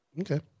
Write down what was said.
Okay